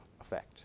effect